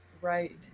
Right